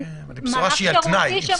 היא בשורה על תנאי.